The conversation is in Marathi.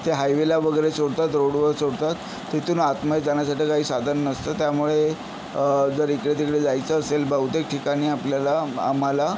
ते हायवेला वगैरे सोडतात रोडवर सोडतात तिथून आतमध्ये जाण्यासाठी काही साधन नसतं त्यामुळे जर इकडेतिकडे जायचं असेल बहुतेक ठिकाणी आपल्याला आम्हाला